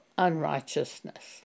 unrighteousness